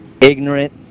ignorant